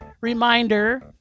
Reminder